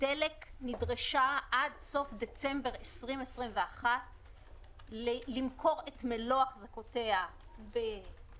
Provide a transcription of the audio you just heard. דלק נדרשה עד סוף דצמבר 2021 למכור את מלוא החזקותיה בתמר,